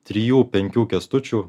trijų penkių kęstučių